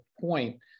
point